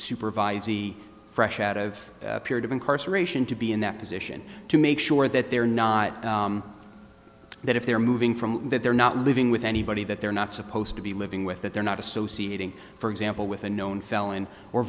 supervisor fresh out of a period of incarceration to be in that position to make sure that they're not that if they're moving from that they're not living with anybody that they're not supposed to be living with that they're not associating for example with a known felon